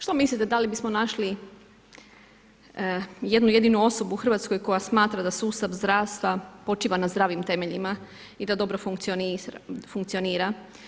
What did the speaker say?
Što mislite da li bismo našli, jednu jedinu osobu u Hrvatskoj koja smatra da sustav zdravstva počiva na zdravim temeljima i da dobro funkcionira.